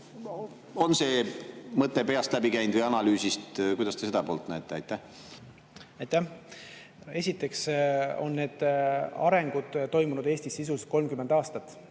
On see mõte peast läbi käinud või analüüsi leidnud? Kuidas te seda poolt näete? Aitäh! Esiteks on need arengud toimunud Eestis sisuliselt 30 aastat.